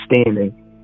standing